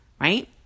right